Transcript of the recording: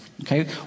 Okay